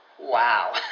Wow